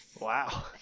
Wow